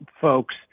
folks